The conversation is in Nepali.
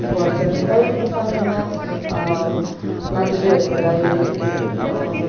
पर्छन् पहिलोको समयमा मान्छेहरूलाई